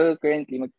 currently